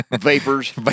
Vapors